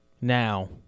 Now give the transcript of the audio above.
now